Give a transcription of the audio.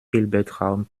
hilbertraum